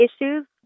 issues